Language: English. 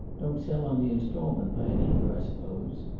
don't sell on the installment plan, either, i suppose?